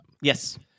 Yes